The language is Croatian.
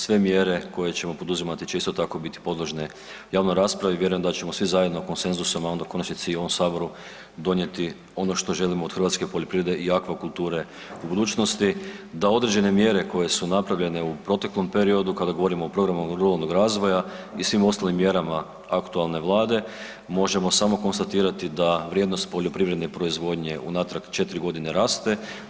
Sve mjere koje ćemo poduzimati ćemo isto tako biti podložne javnoj raspravi, vjerujem da ćemo svi zajedno konsenzusom, a onda u konačnici i u ovom Saboru, donijeti ono što želimo od hrvatske poljoprivrede i akvakulture u budućnosti, da određene mjere koje su napravljene u proteklom periodu, kada govorimo o programu ruralnog razvoja i svim ostalim mjerama aktualne Vlade, možemo samo konstatirati da vrijednost poljoprivrede proizvodnje unatrag 4 godine raste.